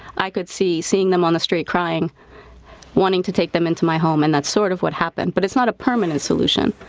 i could see, seeing them on the street crying wanting to take them into my home and that's sort of what happened, but it's not a permanent solution.